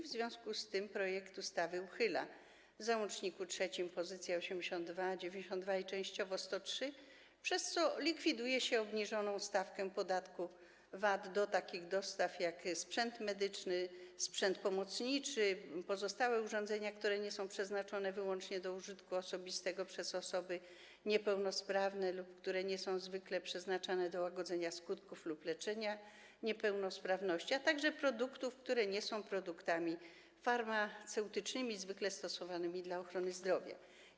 W związku z tym w projekcie ustawy uchyla się w załączniku nr 3 poz. 82, 92 i częściowo 103, przez co likwiduje się obniżoną stawkę podatku VAT w przypadku takich dostaw, jak dostawy sprzętu medycznego, sprzętu pomocniczego i pozostałych urządzeń, które nie są przeznaczone wyłącznie do użytku osobistego przez osoby niepełnosprawne lub które nie są zwykle przeznaczone do łagodzenia skutków lub leczenia niepełnosprawności, a także produktów, które nie są produktami farmaceutycznymi zwykle stosowanymi dla ochrony zdrowia.